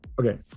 Okay